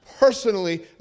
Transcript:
Personally